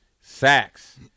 Sacks